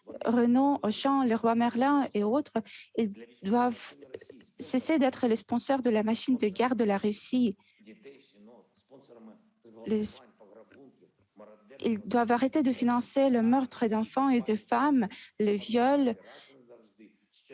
Renault, Auchan, Leroy Merlin et d'autres doivent cesser d'être les sponsors de la machine de guerre de la Russie, ils doivent arrêter de financer le meurtre d'enfants et de femmes, les viols